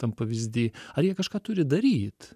tam pavyzdy ar jie kažką turi daryt